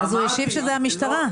הוא השיב שזה המשטרה.